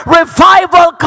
revival